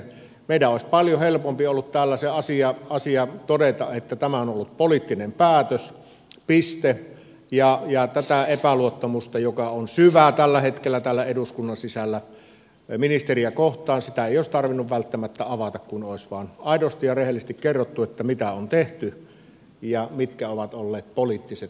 meidän olisi paljon helpompi ollut tällaisesta asiasta todeta että tämä on ollut poliittinen päätös piste ja tätä epäluottamusta joka on syvä tällä hetkellä täällä eduskunnan sisällä ministeriä kohtaan ei olisi tarvinnut välttämättä avata kun olisi vain aidosti ja rehellisesti kerrottu mitä on tehty ja mitkä ovat olleet poliittiset tarkoitusperät